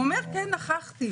הוא אומר, כן, נכחתי.